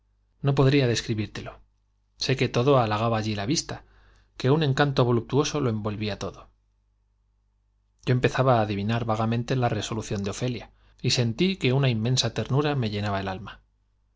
no podría des cribírtelo sé que todo halagaba allí la vista que un encanto voluptuoso lo envolvía todo yo empezaba á adivinar vagamente la resolución de ofelia y sentí que una inmensa ternura me llenaba el alma